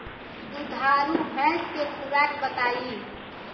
दुधारू भैंस के खुराक बताई?